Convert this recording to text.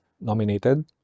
nominated